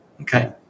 okay